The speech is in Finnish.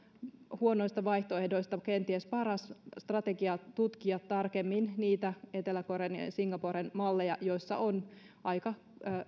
huonoista vaihtoehdoista kenties paras strategia tutkia tarkemmin niitä etelä korean ja singaporen malleja joissa on aika